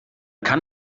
kann